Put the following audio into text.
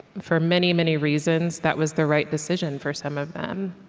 for many, many reasons, that was the right decision for some of them.